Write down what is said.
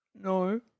No